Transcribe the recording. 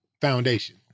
Foundation